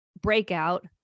Breakout